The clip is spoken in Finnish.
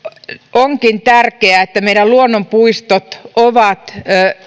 onkin tärkeää että meidän luonnonpuistot ovat